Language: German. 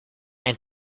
ein